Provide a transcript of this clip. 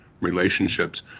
relationships